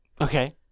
Okay